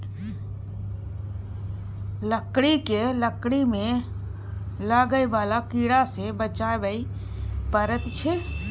लकड़ी केँ लकड़ी मे लागय बला कीड़ा सँ बचाबय परैत छै